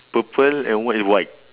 purple and one is white